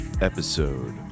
episode